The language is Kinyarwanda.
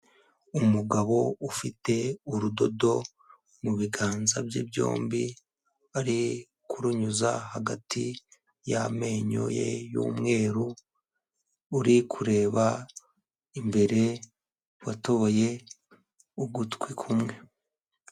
Umugabo ufite urudodo mu biganza bye byombi ari kurunyuza hagati y'amenyo ye y'umweru, uri kureba imbere. Watoboye ugutwi kumwe.